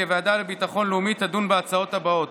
הוועדה לביטחון הלאומי תדון בהצעות האלה: